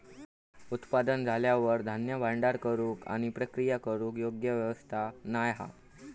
उत्पादन झाल्यार धान्य भांडार करूक आणि प्रक्रिया करूक योग्य व्यवस्था नाय हा